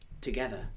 together